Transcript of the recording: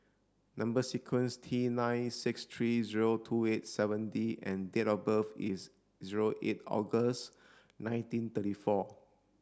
number sequence T nine six three zero two eight seven D and date of birth is zero eight August nineteen thirty four